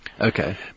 Okay